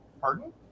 Pardon